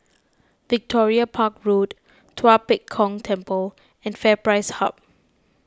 Victoria Park Road Tua Pek Kong Temple and FairPrice Hub